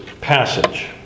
passage